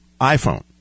iPhone